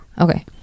Okay